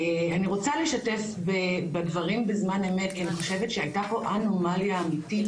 אני רוצה לשתף בדברים בזמן אמת ואני חושבת שהייתה פה אנורמליה אמיתית,